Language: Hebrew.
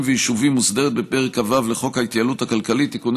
ויישובים מוסדרת בפרק כ"ו לחוק ההתייעלות הכלכלית (תיקוני